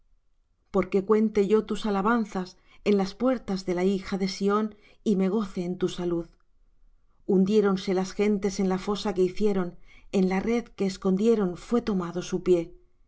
porque cuente yo todas tus alabanzas en las puertas de la hija de sión y me goce en tu salud hundiéronse las gentes en la fosa que hicieron en la red que escondieron fué tomado su pie